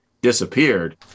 disappeared